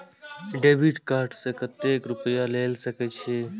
Debit card से कतेक रूपया ले सके छै?